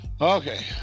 Okay